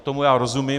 Tomu já rozumím.